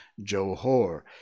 Johor